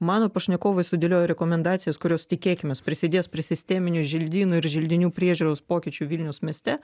mano pašnekovai sudėliojo rekomendacijas kurios tikėkimės prisidės prie sisteminių želdynų ir želdinių priežiūros pokyčių vilniaus mieste